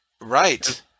Right